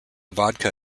vodka